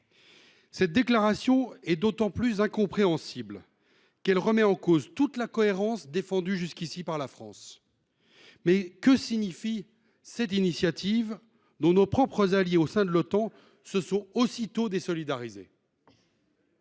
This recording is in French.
Cette déclaration est d’autant plus incompréhensible qu’elle remet en cause toute la cohérence défendue jusqu’ici par la France. Mais que signifie cette initiative dont nos propres alliés au sein de l’Otan se sont aussitôt désolidarisés ?